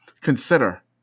Consider